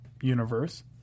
universe